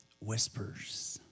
Whispers